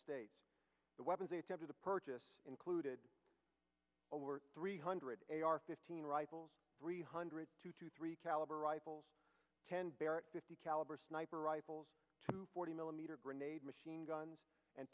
states the weapons they attempt to purchase included over three hundred a ar fifteen rifles three hundred two two three caliber rifles ten barrett fifty caliber sniper rifles forty millimeter grenade machine guns and